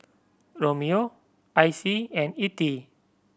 Romeo Icey and Ettie